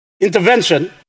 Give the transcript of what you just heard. intervention